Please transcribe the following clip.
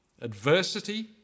adversity